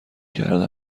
کرده